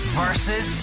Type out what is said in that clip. versus